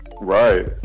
Right